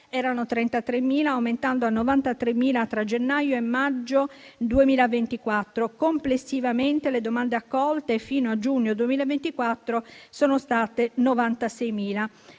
erano 33.000, aumentando a 93.000 tra gennaio e maggio 2024. Complessivamente, le domande accolte fino a giugno 2024 sono state 96.000.